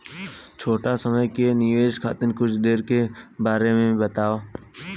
छोटी समय के निवेश खातिर कुछ करे के बारे मे बताव?